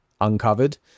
uncovered